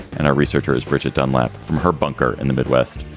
and our researcher is bridget dunlap. from her bunker in the midwest.